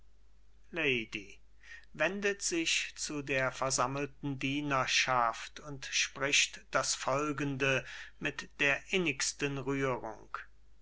lady wendet sich zu der versammelten dienerschaft und spricht das folgende mit der innigsten rührung